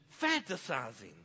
fantasizing